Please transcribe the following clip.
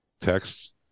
texts